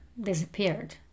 disappeared